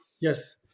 yes